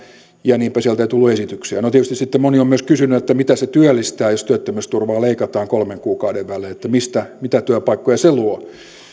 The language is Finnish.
ja niinpä sieltä ei tullut esityksiä tietysti sitten moni on myös kysynyt että mitä se työllistää jos työttömyysturvaa leikataan kolmen kuukauden välein että mitä työpaikkoja se luo